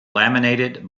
laminated